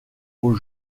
aux